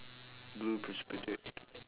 blue precipitate